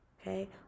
okay